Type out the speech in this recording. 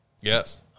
Yes